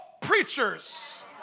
preachers